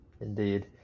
Indeed